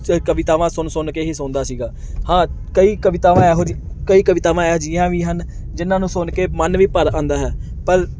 ਅਤੇ ਕਵਿਤਾਵਾਂ ਸੁਣ ਸੁਣ ਕੇ ਹੀ ਸੌਂਦਾ ਸੀਗਾ ਹਾਂ ਕਈ ਕਵਿਤਾਵਾਂ ਇਹੋ ਜਿਹੀ ਕਈ ਕਵਿਤਾਵਾਂ ਇਹੋ ਜਿਹੀਆਂ ਵੀ ਹਨ ਜਿਨ੍ਹਾਂ ਨੂੰ ਸੁਣ ਕੇ ਮਨ ਵੀ ਭਰ ਆਉਂਦਾ ਹੈ ਪਰ